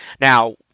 Now